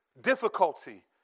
difficulty